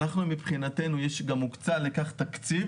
מבחינתנו גם הוקצה לכך תקציב